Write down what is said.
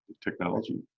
technology